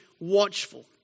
watchful